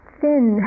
thin